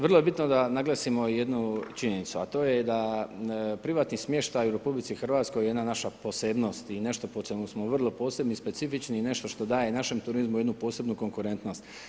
Vrlo je bitno da naglasimo jednu činjenicu, a to je da privatni smještaj u RH je jedna naša posebnost i nešto po čemu smo vrlo posebni i specifični i nešto što daje našem turizmu jednu posebnu konkurentnost.